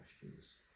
questions